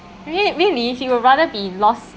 rea~ really you would rather be lost